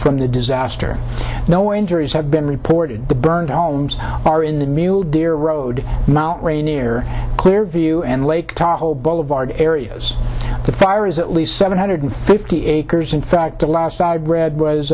from the disaster no injuries have been reported the burned homes are in the mule deer road mount rainier clearview and lake tahoe boulevard areas the fire is at least seven hundred fifty acres in fact the last i read was